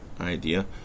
idea